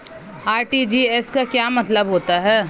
RTGS का क्या मतलब होता है?